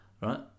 right